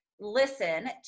listen